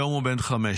היום הוא בן חמש.